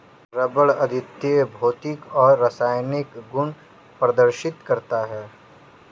rubber अद्वितीय भौतिक और रासायनिक गुण प्रदर्शित करता है